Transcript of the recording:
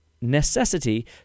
necessity